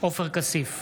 עופר כסיף,